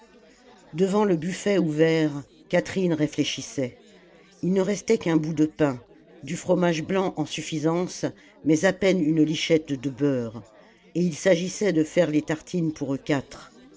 devant le buffet ouvert catherine réfléchissait il ne restait qu'un bout de pain du fromage blanc en suffisance mais à peine une lichette de beurre et il s'agissait de faire les tartines pour eux quatre